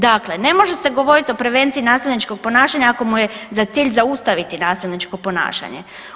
Dakle, ne može se govoriti o prevenciji nasilničkog ponašanja ako mu je za cilj zaustaviti nasilničko ponašanje.